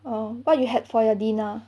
err what you had for your dinner